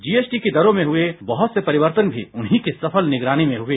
GST की दरों में हुए बहुत से परिवर्तन भी उन्हीं की सफल निगरानी में हुए